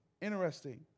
Interesting